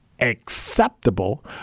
acceptable